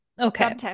okay